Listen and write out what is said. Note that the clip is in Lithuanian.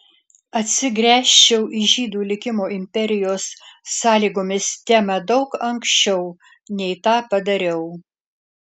atsigręžčiau į žydų likimo imperijos sąlygomis temą daug anksčiau nei tą padariau